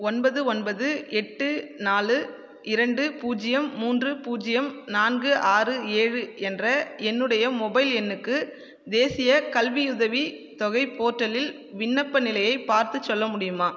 ஒன்பது ஒன்பது எட்டு நாலு இரண்டு பூஜ்ஜியம் மூன்று பூஜ்ஜியம் நான்கு ஆறு ஏழு என்ற என்னுடைய மொபைல் எண்ணுக்கு தேசியக் கல்வியுதவித் தொகை போர்ட்டலில் விண்ணப்ப நிலையைப் பார்த்துச் சொல்ல முடியுமா